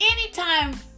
Anytime